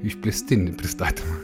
išplėstinį pristatymą